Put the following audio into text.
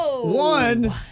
One